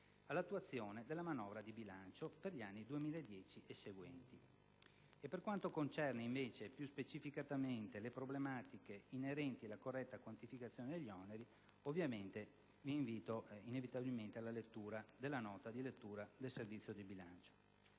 all'attuazione della manovra di bilancio per gli anni 2010 e seguenti. Per quanto concerne invece più specificamente le problematiche inerenti la corretta quantificazione degli oneri, vi invito inevitabilmente alla lettura della nota di lettura del Servizio del bilancio.